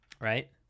right